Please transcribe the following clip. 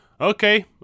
okay